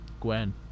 Gwen